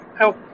Help